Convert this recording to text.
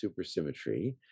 supersymmetry